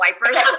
wipers